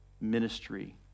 ministry